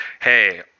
hey